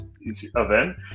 event